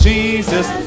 Jesus